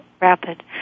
rapid